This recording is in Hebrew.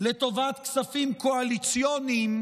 לטובת כספים קואליציוניים,